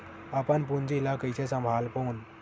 अपन पूंजी ला कइसे संभालबोन?